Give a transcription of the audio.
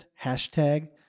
hashtag